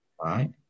right